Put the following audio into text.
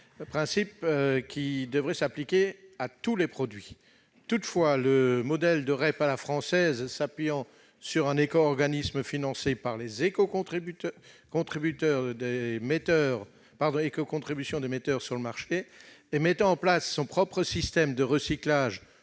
s'applique par principe à tous les produits. Toutefois, le modèle de REP à la française, s'appuyant sur un éco-organisme financé par les éco-contributions des metteurs sur le marché et mettant en place son propre système de recyclage